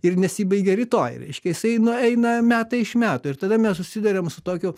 ir nesibaigia rytoj reiškia jisai nueina metai iš metų ir tada mes susiduriam su tokiu